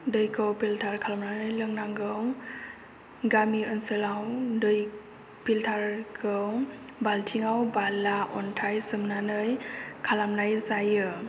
दैखौ फिलतार खालामनानै लोंनांगौ गामि ओनसोलाव दै फिलतार खौ बालथिंआव बाला अन्थाइ सोमनानै खालामनाय जायो